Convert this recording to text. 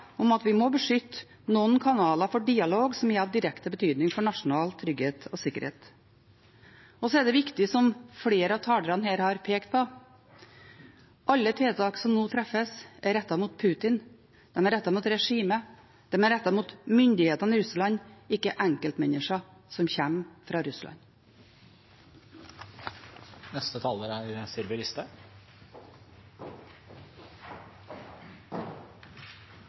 om at vi må beskytte noen kanaler for dialog som er av direkte betydning for nasjonal trygghet og sikkerhet. Så er det viktig å si, som flere av talerne her har pekt på: Alle tiltak som nå treffes, er rettet mot Putin. De er rettet mot regimet. De er rettet mot myndighetene i Russland, ikke mot enkeltmennesker som kommer fra